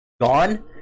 gone